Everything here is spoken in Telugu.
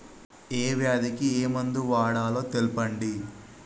ఏ వ్యాధి కి ఏ మందు వాడాలో తెల్పండి?